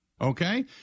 Okay